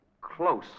close